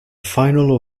final